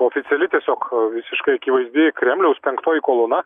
oficiali tiesiog visiškai akivaizdi kremliaus penktoji kolona